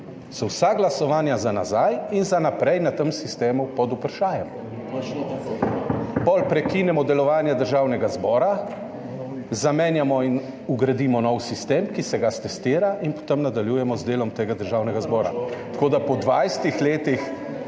so vsa glasovanja za nazaj in za naprej na tem sistemu pod vprašajem. Potem prekinemo delovanje državnega zbora, zamenjamo in vgradimo nov sistem, ki se ga stestira, in potem nadaljujemo z delom tega državnega zbora. Tako da po 20 letih